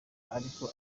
ariko